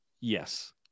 yes